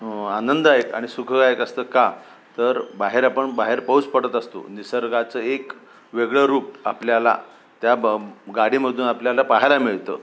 आनंदायक आणि सुखगायक असतं का तर बाहेर आपण बाहेर पाऊस पडत असतो निसर्गाचं एक वेगळं रूप आपल्याला त्या ब गाडीमधून आपल्याला पाहायला मिळतं